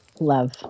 love